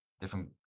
different